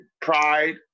pride